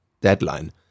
deadline